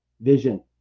vision